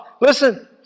Listen